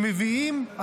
שמביאים,